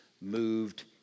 moved